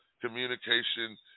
communication